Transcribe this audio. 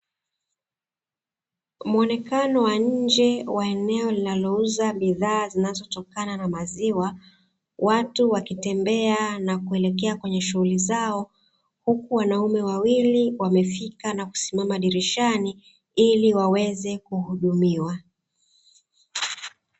Muonekano wa nje wa eneo linalouza bidhaa zinazotokana na maziwa, watu wakitembea na kuelekea kwenye shughuli zao huku wanaume wawili wamefika na kusimama eneo la dirishani ili waweze kuhudumiwa.